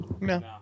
No